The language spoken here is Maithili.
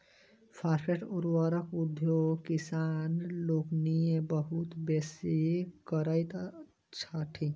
फास्फेट उर्वरकक उपयोग किसान लोकनि बहुत बेसी करैत छथि